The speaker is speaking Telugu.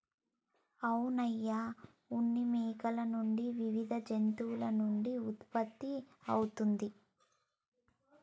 అవును అయ్య ఉన్ని మేకల నుండి వివిధ జంతువుల నుండి ఉత్పత్తి అవుతుంది